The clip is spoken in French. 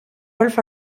wolf